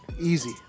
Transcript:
Easy